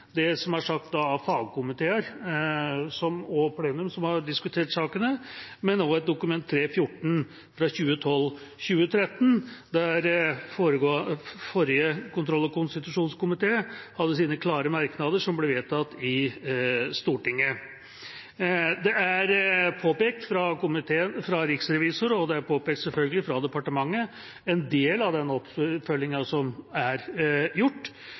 det som er sagt av fagkomiteene som har diskutert sakene – men også i plenum – eller i Dokument 3:14 for 2012–2013, der den forrige kontroll- og konstitusjonskomitéen hadde sine klare merknader, som ble vedtatt i Stortinget. Det er påpekt fra Riksrevisoren, og det er selvfølgelig påpekt fra departementet, en del av den oppfølgingen som er gjort,